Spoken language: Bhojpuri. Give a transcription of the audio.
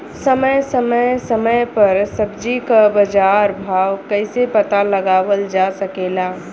समय समय समय पर सब्जी क बाजार भाव कइसे पता लगावल जा सकेला?